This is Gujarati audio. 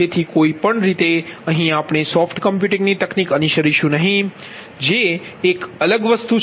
તેથી કોઈપણ રીતે અહીં આપણે સોફ્ટ કમ્પ્યુટિંગ તકનીક અનુસરીશું નહીં જે એક અલગ વસ્તુ છે